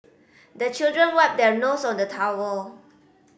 the children wipe their nose on the towel